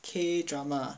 K drama ah